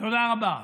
תודה רבה.